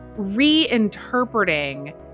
reinterpreting